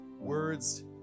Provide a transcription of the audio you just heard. words